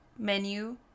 Menu